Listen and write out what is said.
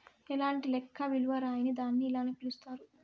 ఎలాంటి లెక్క విలువ రాయని దాన్ని ఇలానే పిలుత్తారు